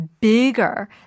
bigger